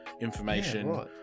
information